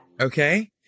Okay